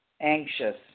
anxious